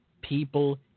people